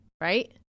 Right